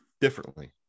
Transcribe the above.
differently